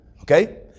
Okay